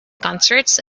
concerts